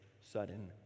sudden